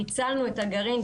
פיצלנו את הגרעין,